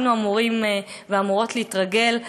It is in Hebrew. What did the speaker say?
היינו אמורים ואמורות להתרגל,